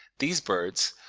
these birds,